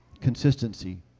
consistency